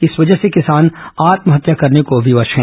इस वजह से किसान आत्महत्या करने को विवश हैं